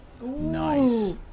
Nice